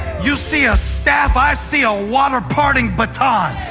you see a staff i see a water-parting baton.